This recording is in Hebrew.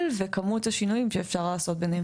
לא חושבים באופן נכון איך זה נעשה.